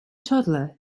toddler